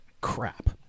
crap